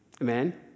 Amen